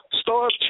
start